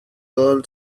girl